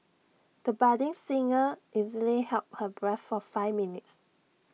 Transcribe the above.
the budding singer easily held her breath for five minutes